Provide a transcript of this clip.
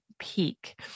peak